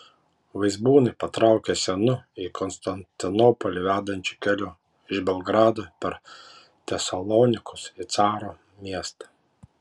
vaizbūnai patraukė senu į konstantinopolį vedančiu keliu iš belgrado per tesalonikus į caro miestą